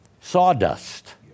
Sawdust